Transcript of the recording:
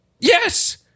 Yes